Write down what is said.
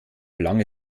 lange